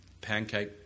pancake